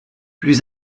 plus